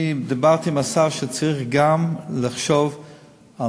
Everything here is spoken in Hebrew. אני דיברתי עם השר על כך שצריך לחשוב גם על